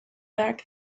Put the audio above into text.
back